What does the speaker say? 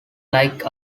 like